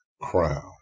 crown